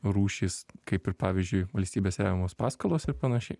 rūšys kaip ir pavyzdžiui valstybės remiamos paskolos ir panašiai